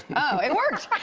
oh, it worked.